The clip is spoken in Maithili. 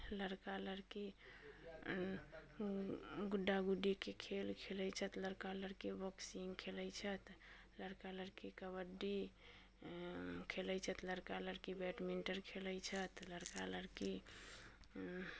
लड़का लड़की गुड्डा गुड्डीके खेल खेलैत छथि लड़का लड़की बॉक्सिंग खेलैत छथि लड़का लड़की कबड्डी खेलैत छथि लड़का लड़की बैडमिन्टन लड़का लड़की